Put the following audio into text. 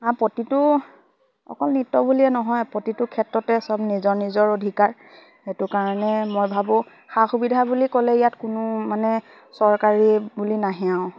আ প্ৰতিটো অকল নৃত্য বুলিয়ে নহয় প্ৰতিটো ক্ষেত্ৰতে সব নিজৰ নিজৰ অধিকাৰ সেইটো কাৰণে মই ভাবোঁ সা সুবিধা বুলি ক'লে ইয়াত কোনো মানে চৰকাৰী বুলি নাহে আও